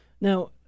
Now